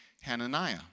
Hananiah